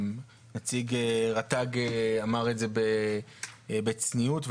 נציג רט"ג אמר את זה בצניעות.